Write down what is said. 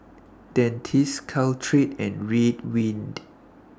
Dentiste Caltrate and Ridwind